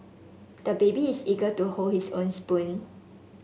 the baby is eager to hold his own spoon